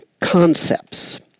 concepts